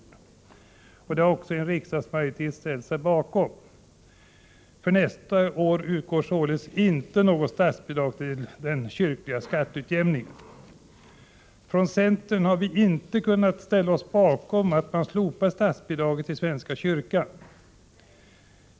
Detta har också en riksdagsmajoritet ställt sig bakom. För nästa år utgår således inte något statsbidrag till den kyrkliga skatteutjämningen. Från centern har vi inte kunnat ställa oss bakom slopandet av statsbidraget till svenska kyrkan.